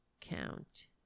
Count